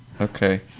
Okay